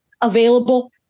available